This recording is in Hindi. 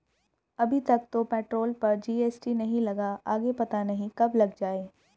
अभी तक तो पेट्रोल पर जी.एस.टी नहीं लगा, आगे पता नहीं कब लग जाएं